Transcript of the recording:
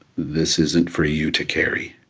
this isn't for you to carry